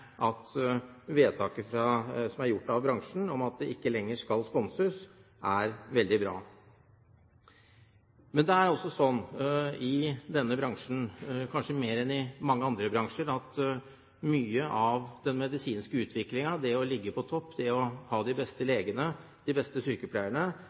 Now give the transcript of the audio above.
at vedtaket som er gjort av bransjen om at det ikke lenger skal sponses, er veldig bra. Det er også slik i denne bransjen, kanskje mer enn i mange andre bransjer, at mye av den medisinske utviklingen, det å ligge på topp, det å ha de beste